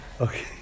Okay